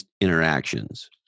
interactions